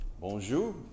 Bonjour